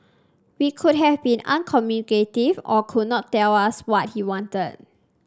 he could have been uncommunicative or could not tell us what he wanted